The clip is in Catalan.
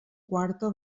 quarta